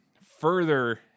further